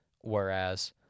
Whereas